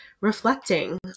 reflecting